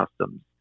customs